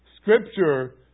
Scripture